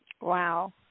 Wow